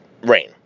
rain